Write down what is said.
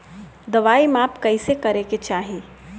दवाई माप कैसे करेके चाही?